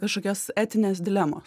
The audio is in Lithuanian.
kažkokios etinės dilemos